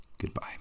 Goodbye